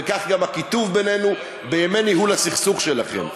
וכך גם הקיטוב בינינו בימי ניהול הסכסוך שלכם.